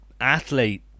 athlete